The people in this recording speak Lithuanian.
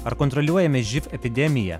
ar kontroliuojame živ epidemiją